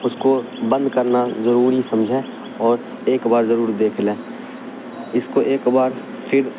اس کو بند کرنا ضروری سمجھیں اور ایک بار ضرور دیکھ لیں اس کو ایک بار پھر